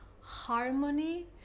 harmony